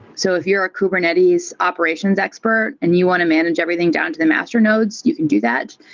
so if you're a kubernetes operations expert and you want to manage everything down to the master nodes, you can do that.